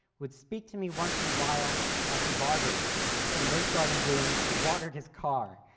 would speak to me once in a while as he barbered some late garden blooms or watered his car,